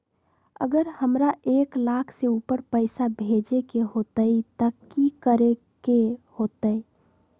अगर हमरा एक लाख से ऊपर पैसा भेजे के होतई त की करेके होतय?